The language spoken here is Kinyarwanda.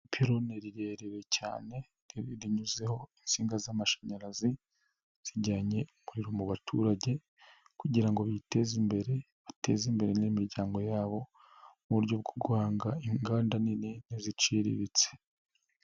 Ipirone rirerire cyane binyuzeho insinga z'amashanyarazi zijyanye umuriro mu baturage, kugirango biteze imbere, bateze imbere n'imiryango yabo mu buryo bwo guhanga inganda nini n'iziciriritse.